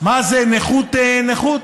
מה זה, נכות נכות.